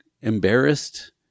embarrassed